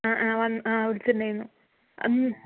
ആ ആ ആ വന് ആ വിളിചിട്ടുണ്ടായിരുന്നു